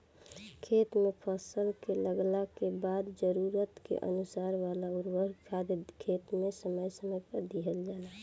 खेत में फसल के लागला के बाद जरूरत के अनुसार वाला उर्वरक खादर खेत में समय समय पर दिहल जाला